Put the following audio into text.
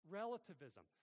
relativism